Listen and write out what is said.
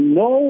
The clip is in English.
no